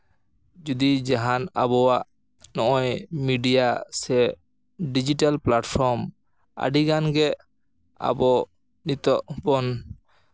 ᱡᱩᱫᱤ ᱡᱟᱦᱟᱱ ᱟᱵᱚᱣᱟᱜ ᱱᱚᱜᱼᱚᱭ ᱢᱤᱰᱤᱭᱟ ᱥᱮ ᱰᱤᱡᱤᱴᱮᱞ ᱯᱞᱟᱴᱯᱷᱨᱚᱢ ᱟᱹᱰᱤᱜᱟᱱ ᱜᱮ ᱟᱵᱚ ᱱᱤᱛᱚᱜ ᱦᱚᱸ ᱵᱚᱱ